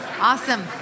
Awesome